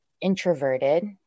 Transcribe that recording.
introverted